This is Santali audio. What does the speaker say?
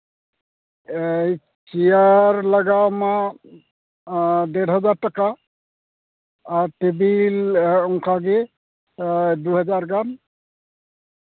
ᱮᱭ ᱪᱮᱭᱟᱨ ᱞᱟᱜᱟᱣᱢᱟ ᱰᱮᱹᱲ ᱦᱟᱡᱟᱨ ᱴᱟᱠᱟ ᱟᱨ ᱴᱮᱵᱤᱞ ᱚᱱᱠᱟᱜᱮ ᱫᱩ ᱦᱟᱡᱟᱨ ᱜᱟᱱ